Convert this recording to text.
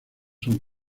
son